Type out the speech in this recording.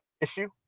issue